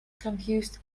confuse